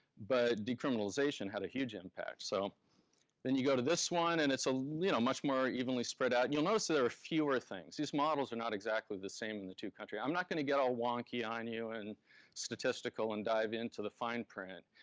but decriminalization had a huge impact. so then you go to this one and it's ah like you know much more evenly spread out. you'll notice ah there are fewer things. these models are not exactly the same in the two countries. i'm not gonna get all wonky on you and statistical and dive into the fine print.